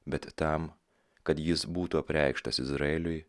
bet tam kad jis būtų apreikštas izraeliui